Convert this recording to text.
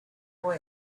boy